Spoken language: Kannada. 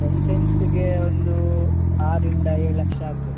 ಒಂದು ಸೆಂಟ್ಸ್ಗೆ ಒಂದು ಆರರಿಂದ ಏಳು ಲಕ್ಷ ಆಗ್ಬೋದು